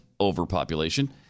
overpopulation